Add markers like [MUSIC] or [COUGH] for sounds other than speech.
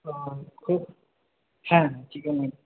[UNINTELLIGIBLE] হ্যাঁ চিকেনই